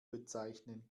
bezeichnen